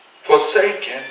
forsaken